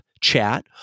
chat